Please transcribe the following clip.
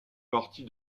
partie